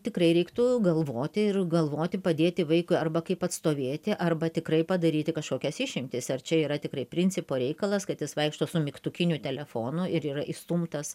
tikrai reiktų galvoti ir galvoti padėti vaikui arba kaip atstovėti arba tikrai padaryti kažkokias išimtis ar čia yra tikrai principo reikalas kad jis vaikšto su mygtukiniu telefonu ir yra išstumtas